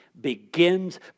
begins